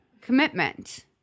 commitment